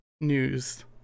news